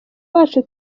bacu